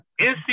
NC